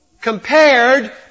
compared